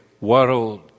world